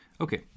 Okay